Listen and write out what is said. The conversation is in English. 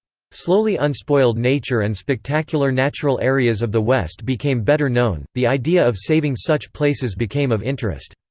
slowly unspoiled nature and spectacular natural areas of the west became better known, the idea of saving such places became of interest.